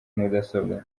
mudasobwa